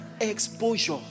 Exposure